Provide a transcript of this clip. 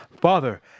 Father